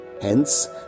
Hence